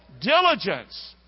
diligence